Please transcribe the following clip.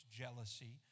jealousy